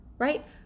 right